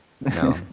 No